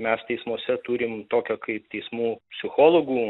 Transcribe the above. mes teismuose turim tokią kaip teismų psichologų